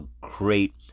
great